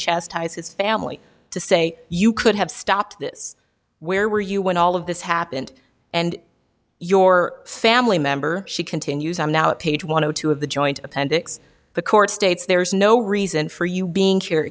chastise his family to say you could have stopped this where were you when all of this happened and your family member she continues i'm now at page one hundred two of the joint appendix the court states there's no reason for you being